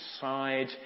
side